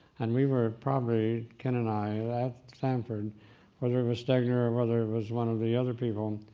and we were probably, ken and i, at stanford, whether it was stegner or whether it was one of the other people,